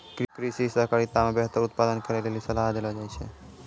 कृषि सहकारिता मे बेहतर उत्पादन करै लेली सलाह देलो जाय छै